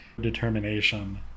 determination